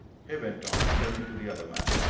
he went on, turning to the other man,